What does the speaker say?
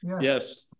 Yes